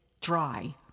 dry